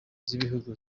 z’ibihugu